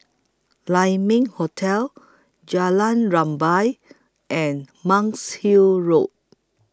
Lai Ming Hotel Jalan Rumbia and Monk's Hill Road